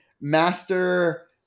master